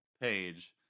page